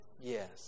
yes